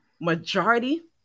majority